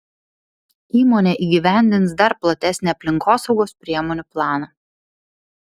įmonė įgyvendins dar platesnį aplinkosaugos priemonių planą